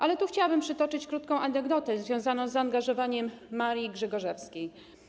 Ale tu chciałabym przytoczyć krótką anegdotę związaną z zaangażowaniem Marii Grzegorzewskiej.